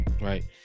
right